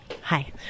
hi